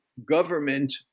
government